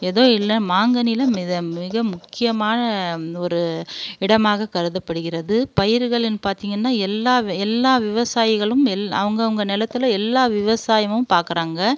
ஏதோ இல்லை மாங்கனியில் மிக மிக முக்கியமான ஒரு இடமாக கருதப்படுகிறது பயிர்களுன்னு பார்த்திங்கன்னா எல்லா எல்லா விவசாயிகளும் எல் அவுங்கவங்க நிலத்துல எல்லா விவசாயமும் பார்க்குறாங்க